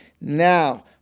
now